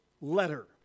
letter